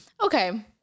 okay